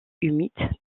humides